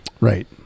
right